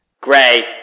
Gray